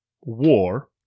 war